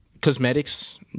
cosmetics